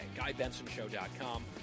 GuyBensonShow.com